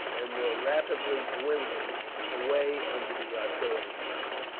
and were rapidly dwindling away under the artillery fire,